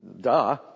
Duh